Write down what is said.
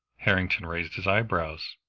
harrington raised his eyebrows,